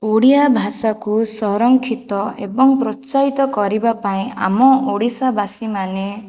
ଓଡ଼ିଆ ଭାଷାକୁ ସଂରକ୍ଷିତ ଏବଂ ପ୍ରୋତ୍ସାହିତ କରିବା ପାଇଁ ଆମ ଓଡ଼ିଶାବାସୀ ମାନେ